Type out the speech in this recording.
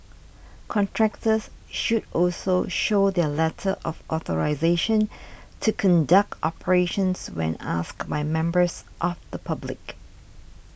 contractors should also show their letter of authorisation to conduct operations when asked by members of the public